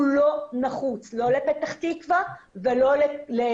הוא לא נחוץ לא לפתח תקווה ולא לאלעד.